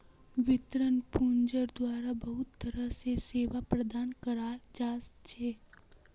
वित्तीय पूंजिर द्वारा बहुत तरह र सेवा प्रदान कराल जा छे